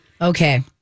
Okay